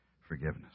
forgiveness